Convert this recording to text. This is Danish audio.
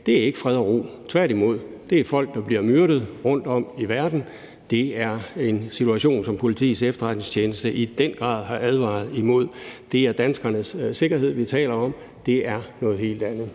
i dag, ikke er fred og ro, tværtimod. Det er folk, der bliver myrdet rundtom i verden; det er en situation, som Politiets Efterretningstjeneste i den grad har advaret imod. Det er danskernes sikkerhed, vi taler om. Det er noget helt andet.